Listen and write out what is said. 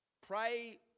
pray